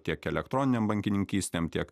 tiek elektroninėm bankininkystėm tiek